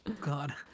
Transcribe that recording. God